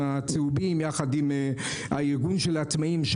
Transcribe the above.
הצהובים יחד עם הארגון של העצמאיים,